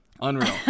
unreal